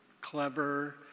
clever